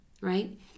right